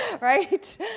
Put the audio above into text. right